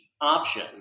option